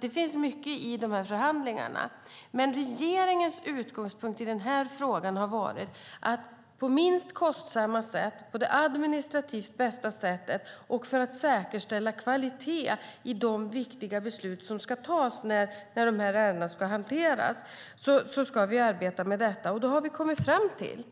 Det finns alltså mycket i förhandlingarna, men regeringens utgångspunkt i frågan har varit att arbeta på det minst kostsamma och administrativt bästa sättet och säkerställa kvalitet i de viktiga beslut som ska tas när ärendena ska hanteras. Då har vi kommit fram till